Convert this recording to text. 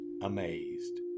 amazed